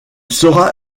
sera